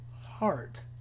heart